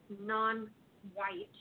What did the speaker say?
non-white